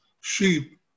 sheep